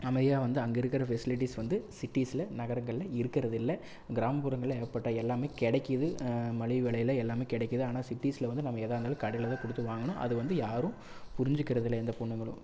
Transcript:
அமைதியாக வந்து அங்கே இருக்கிற ஃபெசிலிட்டிஸ் வந்து சிட்டீஸ்ல நகரங்களில் இருக்கிறதில்ல கிராமப்புறங்களில் ஏகப்பட்ட எல்லாமே கிடைக்கிது மலிவு விலையில எல்லாமே கிடைக்கிது ஆனால் சிட்டீஸ்ல வந்து நம்ம எதாக இருந்தாலும் கடையில் தான் கொடுத்து வாங்கணும் அது வந்து யாரும் புரிஞ்சிக்கிறதில்ல எந்தப் பொண்ணுங்களும்